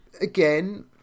again